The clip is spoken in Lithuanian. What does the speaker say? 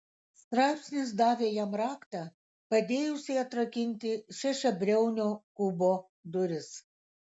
straipsnis davė jam raktą padėjusį atrakinti šešiabriaunio kubo duris